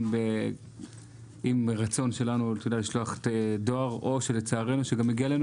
אם רצינו לשלוח דואר או שלצערנו הגיעו אלינו